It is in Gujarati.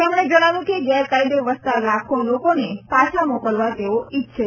તેમણે જજ્ઞાવ્યું કે ગેરકાયદે વસતા લાખો લોકોને પાછા મોકલવા તેઓ ઈચ્છે છે